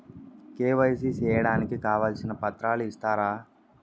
KYC సేయడానికి కావాల్సిన పత్రాలు ఇస్తారా?